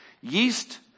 yeast